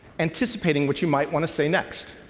anticipating what you might want to say next.